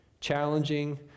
challenging